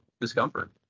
discomfort